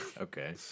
okay